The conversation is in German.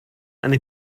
eine